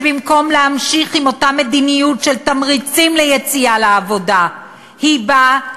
שבמקום להמשיך באותה מדיניות של תמריצים ליציאה לעבודה היא באה,